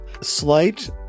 Slight